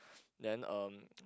then um